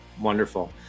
Wonderful